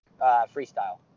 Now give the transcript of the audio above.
freestyle